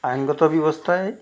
আইনগত ব্যৱস্থাই